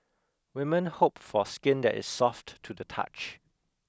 women hope for skin that is soft to the touch